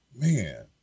Man